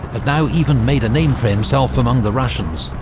had now even made a name for himself among the russians